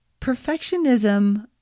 Perfectionism